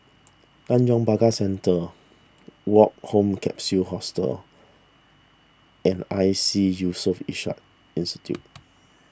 Tanjong Pagar Centre Woke Home Capsule Hostel and Iseas Yusof Ishak Institute